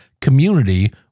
community